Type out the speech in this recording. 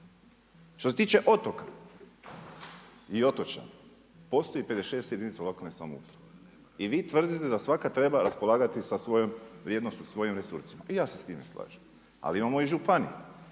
Što se tiče otoka i otočana, postoji 56 jedinica lokalne samouprave. I vi tvrdite da svaka treba raspolagati sa svojom, vrijednošću svojim resursima. I ja se s time slažem, ali imamo županije.